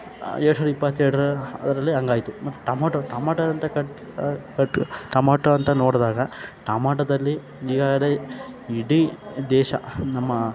ಎರಡು ಸಾವಿರದ ಇಪ್ಪತ್ತೆರಡರ ಅದರಲ್ಲಿ ಹಂಗಾಯ್ತು ಮತ್ತೆ ಟಮೋಟೊ ಟಮಾಟೊ ಅಂತಕ್ಕಂಥ ಟಮೋಟೊ ಅಂತ ನೋಡ್ದಾಗ ಟಮಾಟೊದಲ್ಲಿ ಈಗಾಗಲೇ ಇಡೀ ದೇಶ ನಮ್ಮ